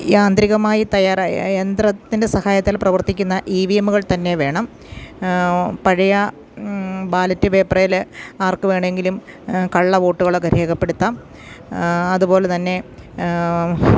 യാന്ത്രികമായി തയ്യാറായ യന്ത്രത്തിൻ്റെ സഹായത്തിൽ പ്രവർത്തിക്കുന്ന ഇ വി എമ്മുകൾ തന്നെ വേണം പഴയ ബാലറ്റ് പേപ്പറിൽ ആർക്കു വേണമെങ്കിലും കള്ള വോട്ടുകളൊക്കെ രേഖപ്പെടുത്താം അതുപോലെതന്നെ